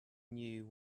knew